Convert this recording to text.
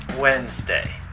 Wednesday